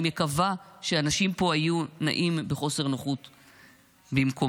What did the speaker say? אני מקווה שאנשים פה היו נעים בחוסר נוחות במקומם.